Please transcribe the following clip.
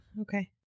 okay